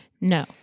No